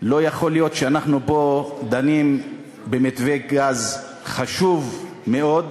לא יכול להיות שאנחנו פה דנים במתווה גז חשוב מאוד,